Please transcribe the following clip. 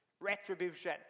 retribution